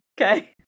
Okay